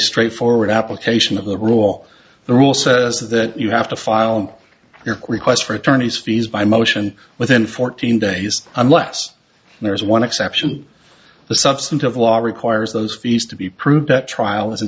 straightforward application of the rule the rule says that you have to file your quest for attorneys fees by motion within fourteen days unless there is one exception the substantive law requires those fees to be proved that trial is an